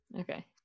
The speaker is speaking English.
Okay